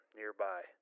nearby